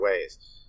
ways